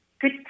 good